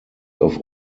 auf